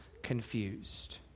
confused